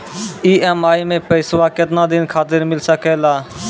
EMI मैं पैसवा केतना दिन खातिर मिल सके ला?